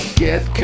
get